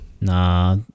Nah